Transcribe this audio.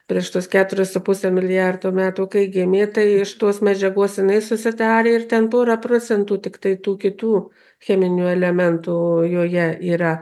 prieš tuos keturis su puse milijardo metų kai gimė iš tos medžiagos jinai susidarė ir ten pora procentų tiktai tų kitų cheminių elementų joje yra